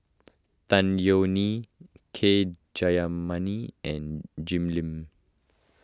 Tan Yeok Nee K Jayamani and Jim Lim